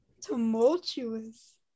Tumultuous